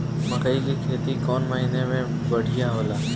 मकई के खेती कौन महीना में बढ़िया होला?